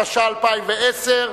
התש"ע 2010,